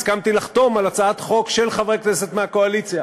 הסכמתי לחתום על הצעת חוק של חברי כנסת מהקואליציה.